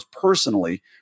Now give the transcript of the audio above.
personally